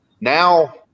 Now